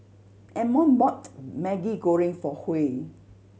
Ammon bought Maggi Goreng for Huy